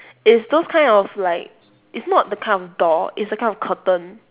is those kind of like it's not the kind of door it's the kind of curtain